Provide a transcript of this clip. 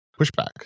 Pushback